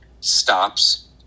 stops